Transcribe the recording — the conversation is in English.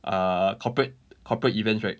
err corporate corporate events right